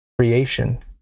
creation